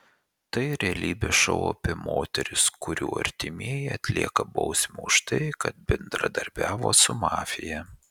tai realybės šou apie moteris kurių artimieji atlieka bausmę už tai kad bendradarbiavo su mafija